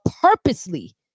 purposely